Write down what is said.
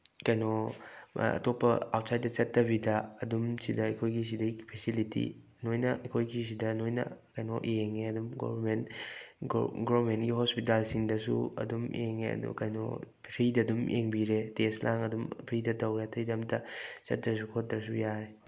ꯀꯩꯅꯣ ꯑꯇꯣꯞꯄ ꯑꯥꯎꯠꯁꯥꯏꯠꯇ ꯆꯠꯇꯕꯤꯗ ꯑꯗꯨꯝ ꯁꯤꯗ ꯑꯩꯈꯣꯏꯒꯤ ꯁꯤꯗꯩ ꯐꯦꯁꯤꯂꯤꯇꯤ ꯂꯣꯏꯅ ꯑꯩꯈꯣꯏꯒꯤ ꯁꯤꯗ ꯂꯣꯏꯅ ꯀꯩꯅꯣ ꯌꯦꯡꯉꯦ ꯑꯗꯨꯝ ꯒꯦꯕꯔꯃꯦꯟ ꯒꯦꯕꯔꯃꯦꯟꯒꯤ ꯍꯣꯁꯄꯤꯇꯥꯜꯁꯤꯡꯗꯁꯨ ꯑꯗꯨꯝ ꯌꯦꯡꯉꯦ ꯑꯗꯣ ꯀꯩꯅꯣ ꯐ꯭ꯔꯤꯗ ꯑꯗꯨꯝ ꯌꯦꯡꯕꯤꯔꯦ ꯂꯦꯁ ꯂꯥꯡ ꯑꯗꯨꯝ ꯐ꯭ꯔꯤꯗ ꯇꯧꯔꯦ ꯑꯇꯩꯗ ꯑꯝꯇ ꯆꯠꯇ꯭ꯔꯁꯨ ꯈꯣꯠꯇ꯭ꯔꯁꯨ ꯌꯥꯔꯦ